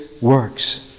works